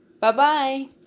Bye-bye